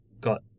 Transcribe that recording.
got